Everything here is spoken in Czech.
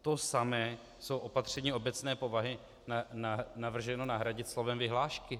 To samé jsou opatření obecné povahy navrženo nahradit slovem vyhlášky.